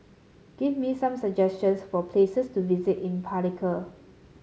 give me some suggestions for places to visit in Palikir